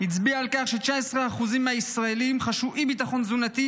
הצביע על כך ש-19% מהישראלים חשו אי-ביטחון תזונתי